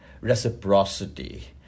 reciprocity